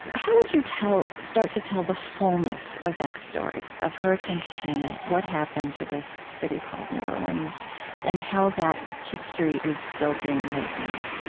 how would you start to tell the fullness of that story? of hurricane katrina, what happened to this city called new orleans and how that history is still being made now?